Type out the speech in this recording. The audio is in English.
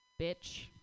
bitch